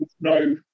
no